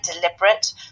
deliberate